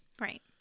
Right